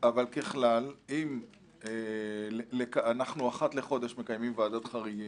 ככלל, אחת לחודש אנחנו מקיימים ועדת חריגים